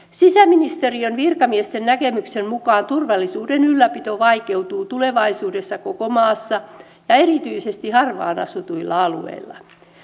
sisäministeriön virkamiesten näkemyksen mukaan turvallisuuden ylläpito vaikeutuu tulevaisuudessa koko maassa ja erityisesti harvaan asutuilla alueilla